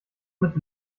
mit